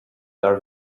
dár